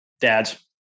Dads